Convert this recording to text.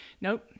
Nope